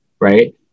right